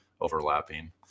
overlapping